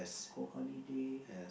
school holiday